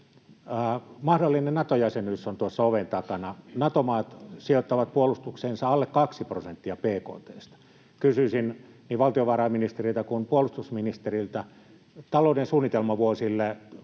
Mahdollinen Nato-jäsenyys on tuossa oven takana. Nato-maat sijoittavat puolustukseensa alle kaksi prosenttia bkt:stä. Kysyisin niin valtiovarainministeriltä kuin puolustusministeriltä: Talouden suunnitelmavuosille